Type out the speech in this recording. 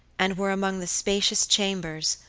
and were among the spacious chambers,